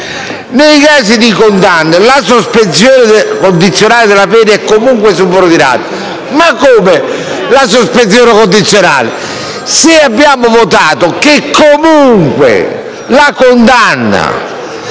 «Nei casi di condanna (...) la sospensione condizionale della pena è comunque subordinata». Ma come «la sospensione condizionale»? Se abbiamo votato che comunque la condanna,